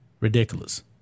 Ridiculous